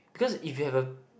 because if you have a